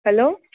hello